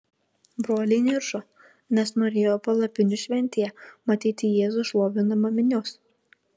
broliai niršo nes norėjo palapinių šventėje matyti jėzų šlovinamą minios